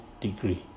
degree